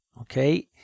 Okay